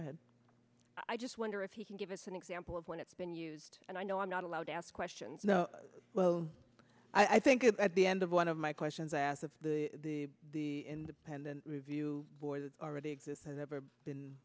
ahead i just wonder if you can give us an example of when it's been used and i know i'm not allowed to ask questions you know well i think it at the end of one of my questions asked of the the in the pendant review board that already exists has ever been